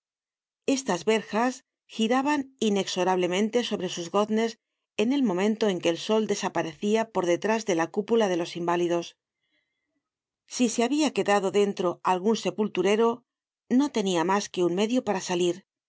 estas verjas giraban inexorablemente sobre sus goznes en el momento en que el sol desaparecia por detrás de la cúpula de los inválidos si se habia quedado dentro algun sepulturero no tenia mas que un medio para salir que